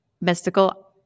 mystical